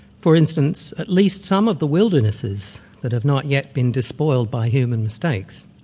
for instance, at least some of the wildernesses that have not yet been despoiled by human stakes,